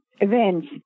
events